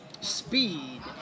Speed